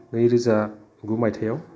नैरोजा गु मायथाइआव